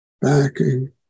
backing